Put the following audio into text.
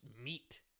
meat